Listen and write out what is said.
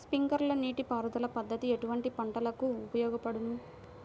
Sprinkler నీటిపారుదల పద్దతి ఎటువంటి పంటలకు ఉపయోగపడును?